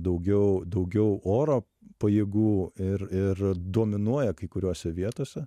daugiau daugiau oro pajėgų ir ir dominuoja kai kuriose vietose